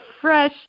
fresh